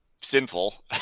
sinful